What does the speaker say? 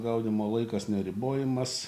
gaudymo laikas neribojamas